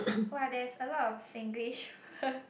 !wah! there's a lot of Singlish words